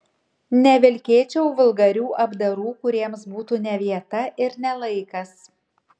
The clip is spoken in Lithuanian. nevilkėčiau vulgarių apdarų kuriems būtų ne vieta ir ne laikas